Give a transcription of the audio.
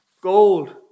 gold